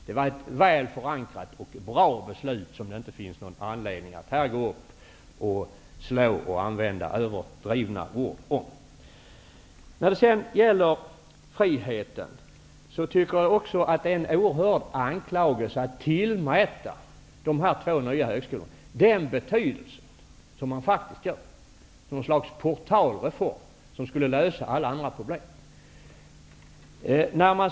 Det var alltså ett väl förankrat och ett bra beslut som det inte finns någon anledning att här slå mot eller tala överdrivet om. När det sedan gäller friheten tycker jag att det är en oerhörd anklagelse att tillmäta de två nya högskolorna den betydelse som man faktiskt gör, som om detta skulle vara någon slags portal reform som skulle lösa alla andra problem.